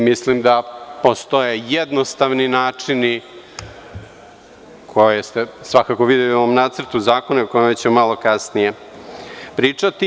Mislim da postoje jednostavni načini koje ste svakako videli u ovom Nacrtu zakona o kojem ću malo kasnije pričati.